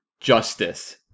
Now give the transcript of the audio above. Justice